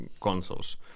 consoles